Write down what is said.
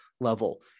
level